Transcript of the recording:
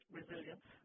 resilience